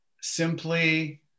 simply